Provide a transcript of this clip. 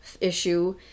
issue